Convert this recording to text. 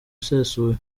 usesuye